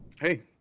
Hey